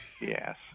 Yes